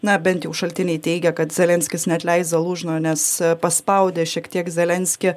na bent jau šaltiniai teigia kad zelenskis neatleis zalužno nes paspaudė šiek tiek zelenskį